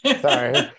Sorry